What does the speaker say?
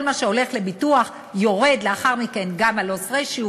כל מה שהולך לביטוח יורד לאחר מכן גם על loss ratio,